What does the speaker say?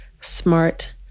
smart